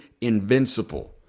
invincible